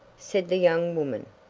said the young woman.